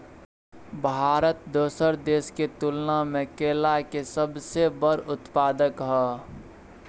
भारत दोसर देश के तुलना में केला के सबसे बड़ उत्पादक हय